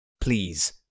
Please